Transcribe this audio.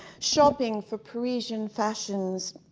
shopping for parisian fashions,